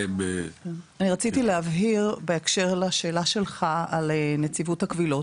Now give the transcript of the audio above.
רציתי להבהיר בהקשר לשאלה שלך על נציבות הקבילות.